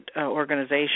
organization